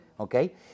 Okay